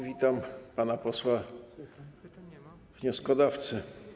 Witam pana posła wnioskodawcę.